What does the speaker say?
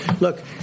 Look